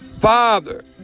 Father